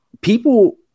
people